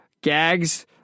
gags